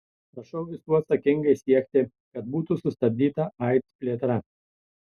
prašau visų atsakingai siekti kad būtų sustabdyta aids plėtra